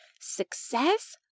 success